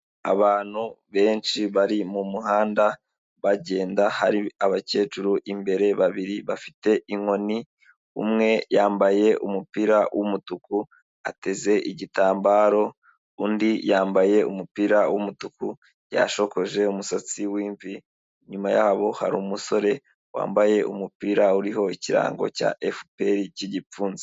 Abantu benshi bari mu muhanda bagenda, hari abakecuru imbere babiri bafite inkoni, umwe yambaye umupira w'umutuku ateze igitambaro, undi yambaye umupira w'umutuku yashokoje umusatsi w'imvi, inyuma yabo hari umusore wambaye umupira uriho ikirango cya FPR cy'igipfunsi.